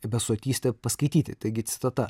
besotystė paskaityti taigi citata